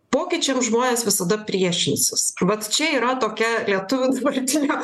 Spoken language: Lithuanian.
pokyčiams žmonės visada priešinsis vat čia yra tokia lietuvių dabartinio